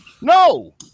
No